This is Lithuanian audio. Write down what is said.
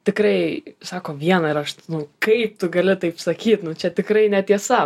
tikrai sako vieną ir aš nu kai tu gali taip sakyt nu čia tikrai netiesa